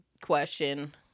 question